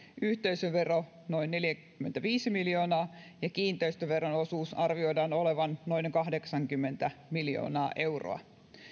yhteisövero noin neljäkymmentäviisi miljoonaa ja kiinteistöveron osuuden arvioidaan olevan noin kahdeksankymmentä miljoonaa euroa